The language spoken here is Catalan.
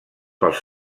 pels